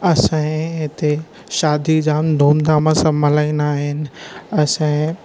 असां जे हिते शादी जाम धुम धाम सा मल्हाईंदा आहिनि असां